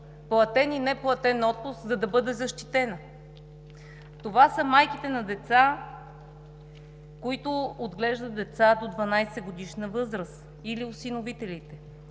платен и неплатен отпуск, за да бъде защитена. Това са майките на деца, които отглеждат деца до 12-годишна възраст, или осиновителите,